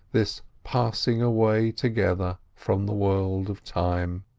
this passing away together from the world of time.